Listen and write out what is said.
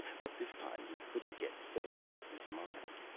but this time he couldn't get fay out of his mind,